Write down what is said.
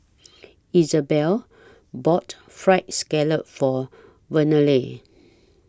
Isabela bought Fried Scallop For Vernelle